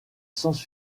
science